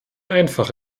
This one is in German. einfach